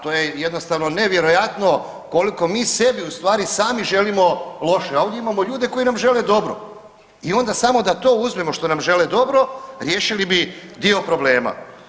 To je jednostavno nevjerojatno koliko mi sebi u stvari sami želimo loše, a ovdje imamo ljude koji nam žele dobro i onda samo da to uzmemo što nam žele dobro riješili bi dio problema.